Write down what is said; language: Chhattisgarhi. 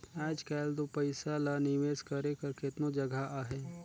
आएज काएल दो पइसा ल निवेस करे कर केतनो जगहा अहे